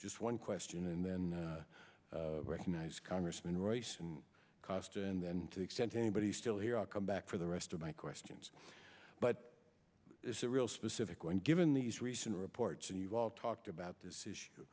just one question and then recognize congressman royce and cost and then to the extent anybody still here i'll come back for the rest of my questions but it's a real specific when given these recent reports and you all talked about this issue